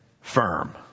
firm